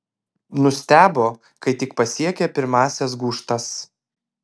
nustebo kai tik pasiekė pirmąsias gūžtas